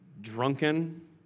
drunken